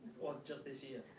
just this year.